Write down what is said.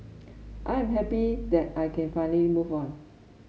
I am happy that I can finally move on